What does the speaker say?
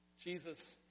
Jesus